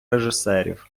режисерів